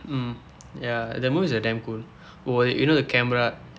mm ya the movies are damn cool oh you know the camera